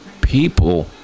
people